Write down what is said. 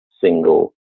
single